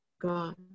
god